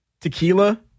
Tequila